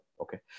Okay